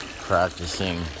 practicing